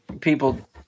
people